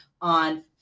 on